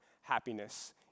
happiness